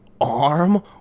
arm